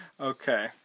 Okay